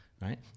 Right